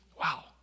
Wow